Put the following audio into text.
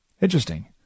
Interesting